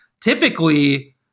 typically